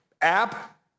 app